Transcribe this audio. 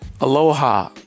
Aloha